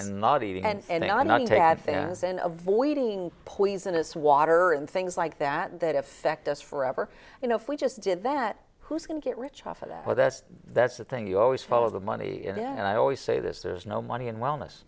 had fans and avoiding poisonous water and things like that that affect us forever you know if we just did that who's going to get rich off of that well that's that's the thing you always follow the money and i always say this there's no money and wellness